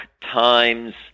times